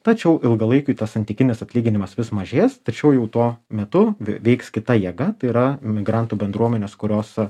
tačiau ilgalaikiui tas santykinis atlyginimas vis mažės tačiau jau tuo metu veiks kita jėga tai yra migrantų bendruomenės kurios